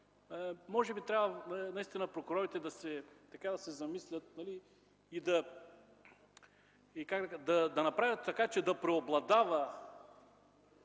може би трябва прокурорите да се замислят и да направят така, че да преобладава